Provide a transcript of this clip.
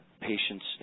patients